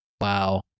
Wow